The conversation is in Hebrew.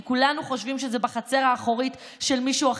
כי כולנו חושבים שזה בחצר האחורית של מישהו,